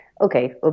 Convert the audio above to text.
Okay